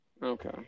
Okay